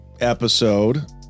episode